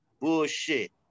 Bullshit